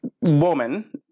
woman